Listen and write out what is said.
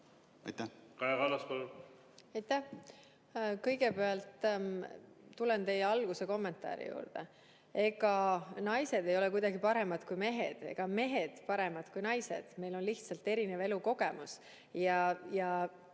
alguses esitatud kommentaari juurde. Ega naised ei ole kuidagi paremad kui mehed ega mehed paremad kui naised. Meil on lihtsalt erinev elukogemus